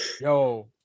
yo